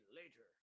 later